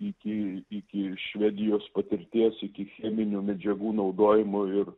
iki iki ir švedijos patirties iki cheminių medžiagų naudojimo ir